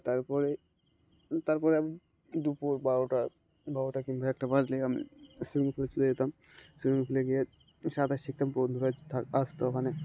তারপরে তারপরে দুপুর বারোটা বারোটা কিংবা একটা বাজলেই আমি শুইমিং পুলে চলে যেতাম শুইমিং পুলে গিয়ে সাঁতার শিখতাম বন্ধুরা আসতো ওখানে